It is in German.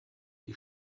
wie